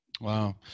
Wow